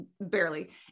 barely